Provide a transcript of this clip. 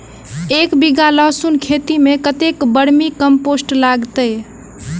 एक बीघा लहसून खेती मे कतेक बर्मी कम्पोस्ट लागतै?